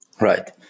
Right